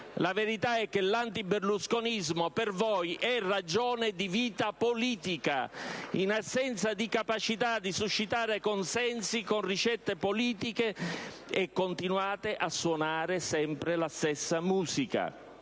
La verità è che l'antiberlusconismo per voi è ragione di vita politica: in assenza di capacità di suscitare consensi con ricette politiche, continuate a suonare sempre la stessa musica.